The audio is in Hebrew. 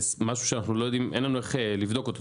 אין לנו איך לבדוק את זה.